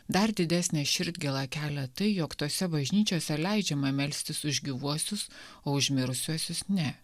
dar didesnę širdgėlą kelia tai jog tose bažnyčiose leidžiama melstis už gyvuosius o už mirusiuosius ne